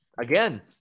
Again